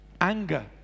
anger